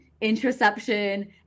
interception